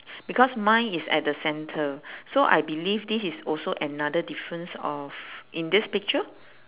because mine is at the centre so I believe this is also another difference of in this picture